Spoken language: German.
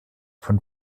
vom